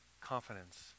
confidence